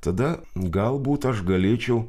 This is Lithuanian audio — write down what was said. tada galbūt aš galėčiau